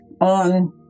on